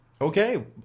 Okay